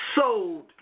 sold